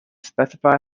specify